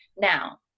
Now